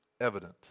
evident